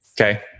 Okay